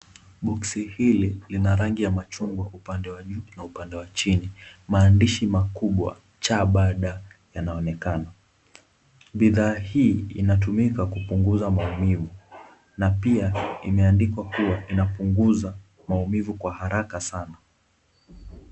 Boksi hili lina rangi ya machungwa upande wa juu na upande wa chini. Maandishi makubwa CBD yanaonekana. Bidhaa hii inatumika kupunguza maumivu na pia imeandikwa kuwa inapunguza maumivu kwa haraka sana.